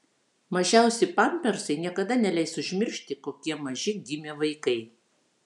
mažiausi pampersai niekada neleis užmiršti kokie maži gimė vaikai